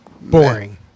boring